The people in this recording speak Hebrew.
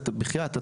בחייאת,